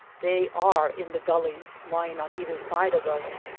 they are in the gullies lying on either side of us.